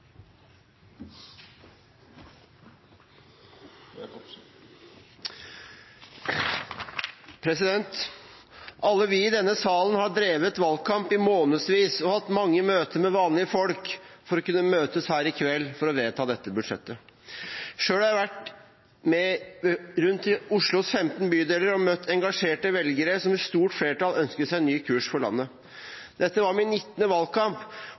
Alle vi i denne salen har drevet valgkamp i månedsvis og hatt mange møter med vanlige folk for å kunne møtes her i kveld for å vedta dette budsjettet. Selv har jeg vært rundt i Oslos 15 bydeler og møtt engasjerte velgere som i stort flertall ønsket seg en ny kurs for landet. Dette var min 19. valgkamp,